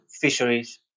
fisheries